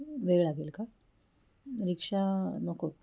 वेळ लागेल का रिक्षा नको